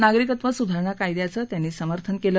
नागरिकत्व सुधारणा कायद्याचं त्यांनी समर्थन केलं